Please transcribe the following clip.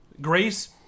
Grace